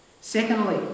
Secondly